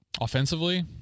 Offensively